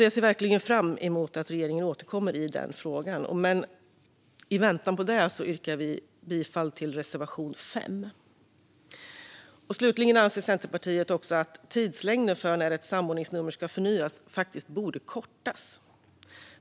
Jag ser verkligen fram emot att regeringen återkommer i frågan. Men i väntan på det yrkar vi bifall till reservation 5. Slutligen anser Centerpartiet att tidslängden för när ett samordningsnummer ska förnyas borde kortas.